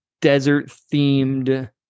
desert-themed